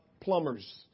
plumbers